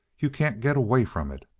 you can't get away from it.